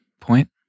point